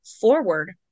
forward